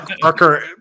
Parker